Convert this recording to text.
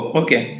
okay